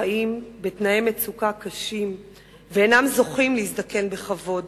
חיים בתנאי מצוקה קשים ואינם זוכים להזדקן בכבוד.